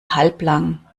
halblang